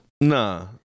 Nah